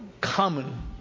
common